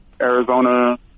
Arizona